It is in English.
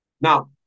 Now